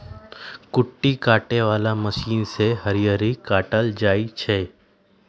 कुट्टी काटे बला मशीन से हरियरी काटल जाइ छै